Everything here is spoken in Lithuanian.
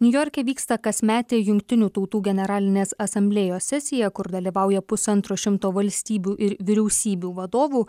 niujorke vyksta kasmetė jungtinių tautų generalinės asamblėjos sesija kur dalyvauja pusantro šimto valstybių ir vyriausybių vadovų